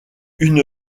une